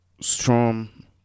storm